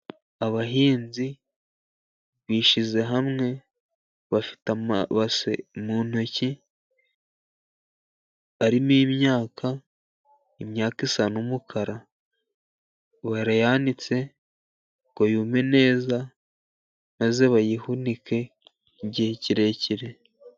Abahinzi bishyize hamwe bafite amabase mu ntoki arimo imyaka, imyaka isa n'umukara barayanitse ngo yume neza maze bayihunike igihe kirekire.